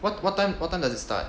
what what time what time does it start